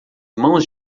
mãos